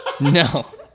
No